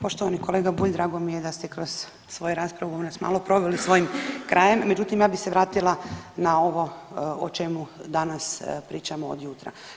Poštovani kolega Bulj, drago mi je da ste kroz svoju raspravu nas malo proveli svojim krajem, međutim ja bi se vratila na ovo o čemu danas pričamo od jutra.